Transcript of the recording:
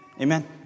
amen